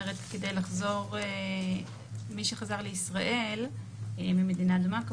מי שחזר לישראל ממדינה אדומה,